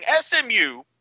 SMU